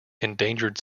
endangered